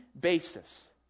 basis